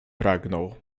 pragnął